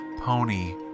Pony